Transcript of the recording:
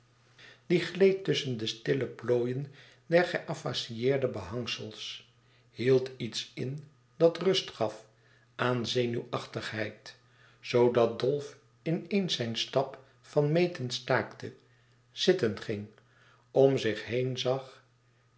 die gleed tusschen de stille plooien der geëffaceerde behangsels hield iets in dat rust gaf aan zenuwachtigheid zoodat dolf in eens zijn stap van meten staakte zitten ging om zich heen zag